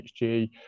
HG